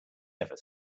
ever